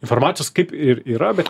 informacijos kaip ir yra bet